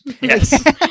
yes